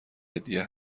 هدیه